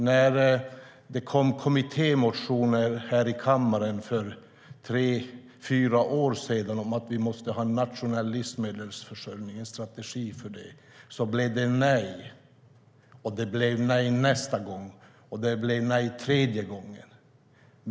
När det kom kommittémotioner här i kammaren för tre fyra år sedan om att vi måste ha en strategi för en nationell livsmedelsförsörjning blev det nej, och det blev nej nästa gång, och det blev nej tredje gången.